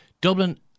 Dublin